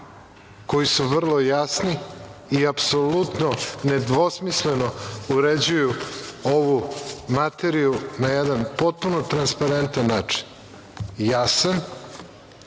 koji su vrlo jasni, i apsolutno nedvosmisleno uređuju ovu materiju na jedan potpuno transparentan način. Ja sam,